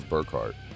Burkhart